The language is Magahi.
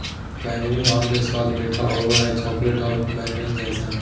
बैंगनी आम के स्वाद मीठा होबो हइ, चॉकलेट और वैनिला जइसन